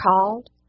called